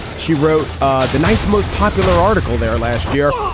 she wrote ah the ninth most popular article there last year.